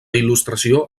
il·lustració